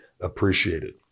appreciated